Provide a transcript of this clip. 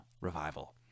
Revival